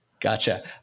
gotcha